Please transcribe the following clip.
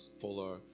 Fuller